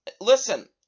Listen